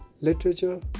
literature